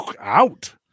out